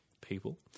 people